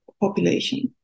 population